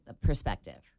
perspective